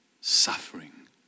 suffering